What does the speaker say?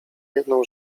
jedną